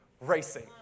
racing